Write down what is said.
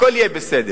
הכול יהיה בסדר,